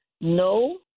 no